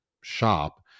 shop